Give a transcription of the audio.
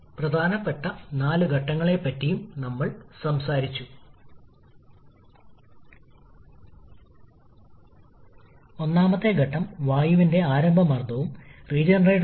അതിനാൽ കംപ്രഷൻ ഘട്ടത്തിൽ 2 തിയോ വർക്ക് ഇൻപുട്ടിന് താപനില കുറയുന്നതിനാൽ കുറവുണ്ടാകേണ്ടതുണ്ട്